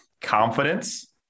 Confidence